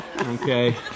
Okay